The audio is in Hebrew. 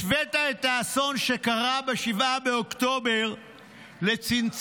השווית את האסון שקרה ב-7 באוקטובר לצנצנת